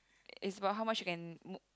it's about how much you can